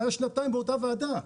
מה מציעים בוועדה?